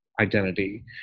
identity